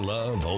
Love